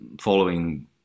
following